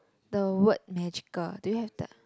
the word magical do you have the